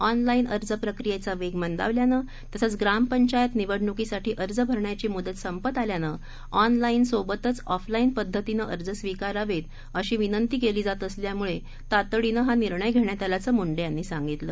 online अर्ज प्रक्रियेचा वेग मंदावल्याने तसंच ग्रामपंचायत निवडणुकीसाठी अर्ज भरण्याची मूदत संपत आल्यानं ऑनलाईनसोबतच ऑफलाईन पद्धतीनं अर्ज स्वीकारावेत अशी विनंती केली जात असल्यामुळे तातडीने हा निर्णय घेण्यात आल्याचं मुंडे यांनी सांगितलं